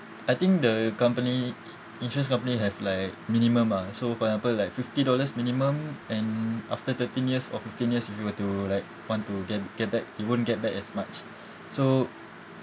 I think the company insurance company have like minimum ah so for example like fifty dollars minimum and after thirteen years or fifteen years if you were to like want to get get back you won't get back as much so